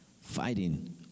fighting